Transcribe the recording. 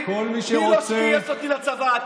מי לא גייס אותי לצבא?